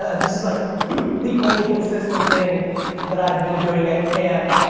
ah this is like the only consistent thing that i've been doing at cannes,